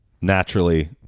naturally